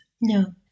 no